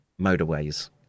motorways